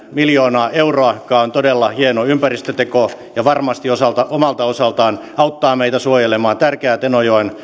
miljoonaa euroa joka on todella hieno ympäristöteko ja varmasti omalta osaltaan auttaa meitä suojelemaan tärkeää tenojoen